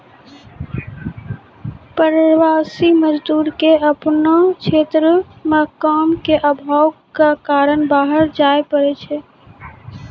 प्रवासी मजदूर क आपनो क्षेत्र म काम के आभाव कॅ कारन बाहर जाय पड़ै छै